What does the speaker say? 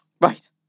Right